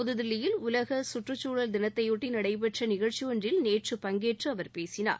புதுதில்லியில் உலக சுற்றுச்சூழல் தினத்தையொட்டி நடைபெற்ற நிகழ்ச்சி ஒன்றில் நேற்று பங்கேற்று அவர் பேசினார்